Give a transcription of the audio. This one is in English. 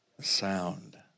sound